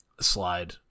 slide